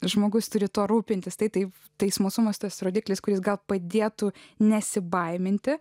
žmogus turi tuo rūpintis tai taip tai smalsumas tas rodiklis kuris gal padėtų nesibaiminti